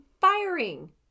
firing